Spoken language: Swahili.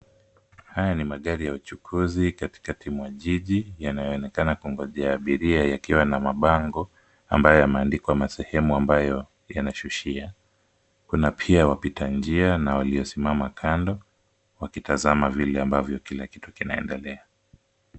Haya ni magari ya uchukuzi katikati mwa jiji yanayoonekana kungojea abiria yakiwa na mabango, ambayo yameandikwa masehemu ambayo yanashushia. Kuna pia wapita njia na waliosimama kando, wakitazama vile ambavyo kila kitu kinaendelea.